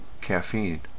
caffeine